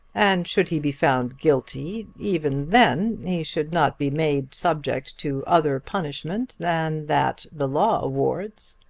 and should he be found guilty even then he should not be made subject to other punishment than that the law awards.